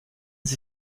sie